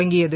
தொடங்கியது